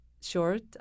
short